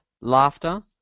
Laughter